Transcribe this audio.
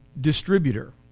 distributor